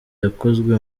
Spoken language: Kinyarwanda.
yakozwe